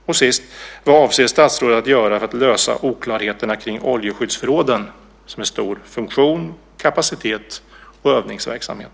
Till sist: Vad avser statsrådet att göra för att lösa oklarheterna kring oljeskyddsförråden, som är stora? Det gäller funktion, kapacitet och övningsverksamhet.